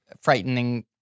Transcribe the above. frightening